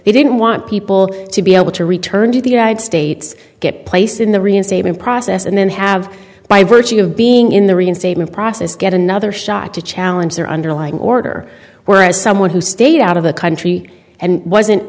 they didn't want people to be able to return to the united states get place in the reinstatement process and then have by virtue of being in the reinstatement process get another shot to challenge their underlying order whereas someone who stayed out of the country and wasn't